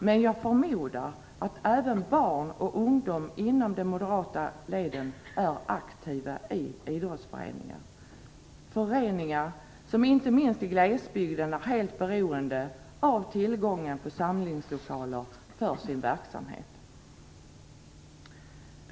Men jag förmodar att även barn och ungdom inom de moderata leden är aktiva i idrottsföreningar - föreningar som inte minst i glesbygden är helt beroende av tillgången på samlingslokaler för sin verksamhet.